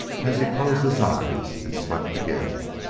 as he closed his eyes and slept again.